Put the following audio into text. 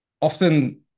Often